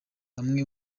amwe